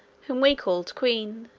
whom we called queen